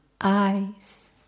eyes